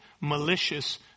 malicious